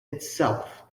itself